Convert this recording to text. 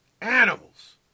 Animals